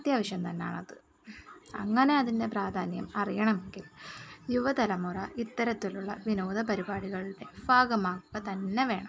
അത്യാവശ്യം തന്നെയാണത് അങ്ങനെ അതിൻ്റെ പ്രാധാന്യം അറിയാണമെങ്കിൽ യുവ തലമുറ ഇത്തരത്തിലുള്ള വിനോദ പരിപാടികളുടെ ഭാഗമാകുക തന്നെ വേണം